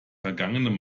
vergangenen